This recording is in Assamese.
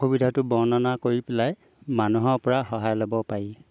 অসুবিধাটো বৰ্ণনা কৰি পেলাই মানুহৰপৰা সহায় ল'ব পাৰি